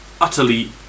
utterly